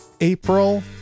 April